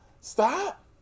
Stop